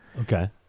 Okay